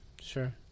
Sure